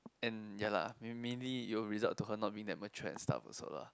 and ya lah main mainly your result to her not mean that mature and stuff also lah